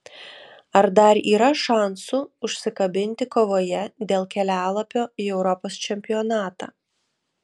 ar dar yra šansų užsikabinti kovoje dėl kelialapio į europos čempionatą